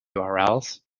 urls